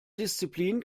disziplin